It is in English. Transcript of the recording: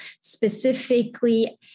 specifically